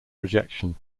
rejection